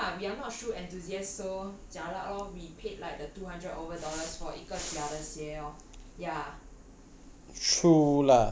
we won't notice lah and ya lah we are not shoe enthusiasts so jialat lor we paid like the two hundred over dollars for 一个假的鞋 lor yeah